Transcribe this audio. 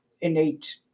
innate